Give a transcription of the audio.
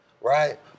Right